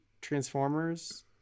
transformers